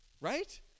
Right